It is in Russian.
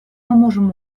можем